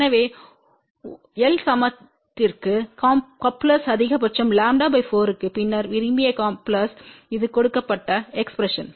எனவே L சமத்திற்கு couplers அதிகபட்சம் λ 4 க்கு பின்னர் விரும்பிய கப்லெர்ஸ்ற்கு இது கொடுக்கப்பட்ட எக்ஸ்பிரஸன்